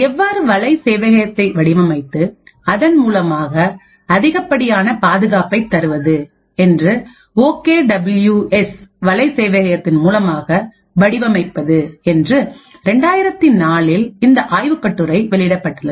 எவ்வாறு வலை சேவையகத்தை வடிவமைத்து அதன் மூலமாக அதிகப்படியான பாதுகாப்பைத் தருவது என்று ஓகே டபிள்யூ எஸ் வலை சேவையகத்தின் மூலமாக வடிவமைப்பது என்று 2004இல் இந்த ஆய்வுக் கட்டுரை வெளியிடப்பட்டது